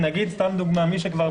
לדוגמה, מי שכבר